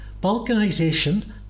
Balkanisation